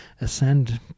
ascend